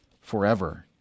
forever